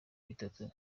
bitatu